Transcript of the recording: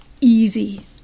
easy